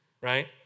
right